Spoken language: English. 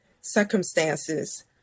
circumstances